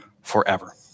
forever